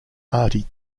artie